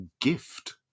gift